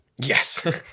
Yes